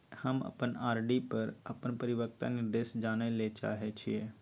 हम अपन आर.डी पर अपन परिपक्वता निर्देश जानय ले चाहय छियै